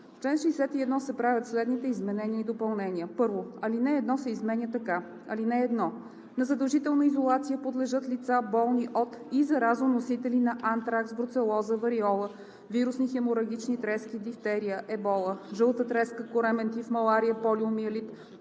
В чл. 61 се правят следните изменения и допълнения: 1. Алинея 1 се изменя така: „(1) На задължителна изолация подлежат лица, болни от и заразоносители на антракс, бруцелоза, вариола, вирусни хеморагични трески, дифтерия, ебола, жълта треска, коремен тиф, малария, полиомиелит,